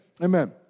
Amen